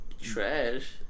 Trash